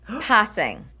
Passing